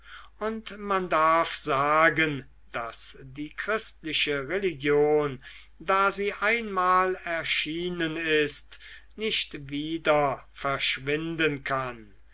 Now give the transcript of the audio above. und man darf sagen daß die christliche religion da sie einmal erschienen ist nicht wieder verschwinden kann